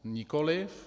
Nikoliv.